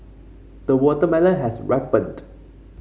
the watermelon has ripened